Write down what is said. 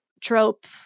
trope